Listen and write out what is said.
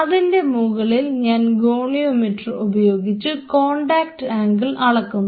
അതിൻറെ മുകളിൽ ഞാൻ ഗോണിയോമീറ്റർ ഉപയോഗിച്ച് കോൺടാക്ട് ആംഗിൾ അളക്കുന്നു